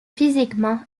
physiquement